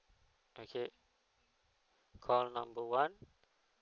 okay call number one